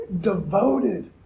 devoted